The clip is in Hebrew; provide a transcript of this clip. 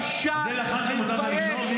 תתבייש -- אז אם לחמת מותר לך לגנוב,